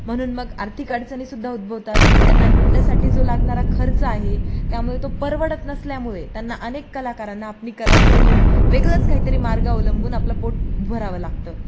म्हणून मग आर्थिक अडचणीसुद्धा उद्भवतात त्यांना नृत्यासाठी जो लागणारा खर्च आहे त्यामुळे तो परवडत नसल्यामुळे त्यांना अनेक कलाकारांना आपली कला सोडून वेगळंच काहीतरी मार्ग अवलंबून आपलं पोट भरावं लागतं